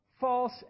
False